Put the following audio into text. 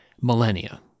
millennia